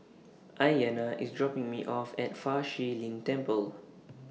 Aiyana IS dropping Me off At Fa Shi Lin Temple